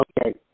Okay